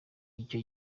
icyo